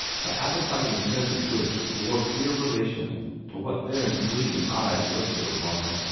the appetizing scent of which bore clear relation to what theron's blinking eyes rested upon.